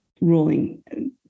ruling